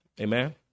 Amen